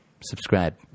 Subscribe